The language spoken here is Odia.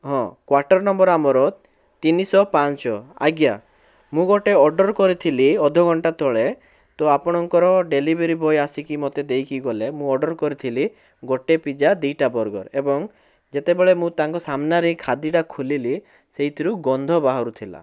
ହଁ କ୍ଵାଟର୍ ନମ୍ବର୍ ଆମର ତିନିଶହ ପାଞ୍ଚ ଆଜ୍ଞା ମୁଁ ଗୋଟେ ଅର୍ଡ଼ର୍ କରିଥିଲି ଅଧ ଘଣ୍ଟା ତଳେ ତ ଆପଣଙ୍କର ଡେଲିଭରି ବୟ ଆସିକି ମୋତେ ଦେଇକି ଗଲେ ମୁଁ ଅର୍ଡ଼ର୍ କରିଥିଲି ଗୋଟେ ପିଜ୍ଜା ଦୁଇଟା ବର୍ଗର୍ ଏବଂ ଯେତେବେଳେ ମୁଁ ତାଙ୍କ ସାମ୍ନାରେ ଏ ଖାଦ୍ୟଟା ଖୁଲିଲି ସେଇଥିରୁ ଗନ୍ଧ ବାହାରୁଥିଲା